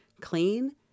clean